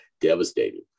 devastating